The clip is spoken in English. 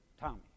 Tommy